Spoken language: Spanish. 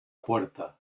puerta